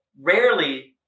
rarely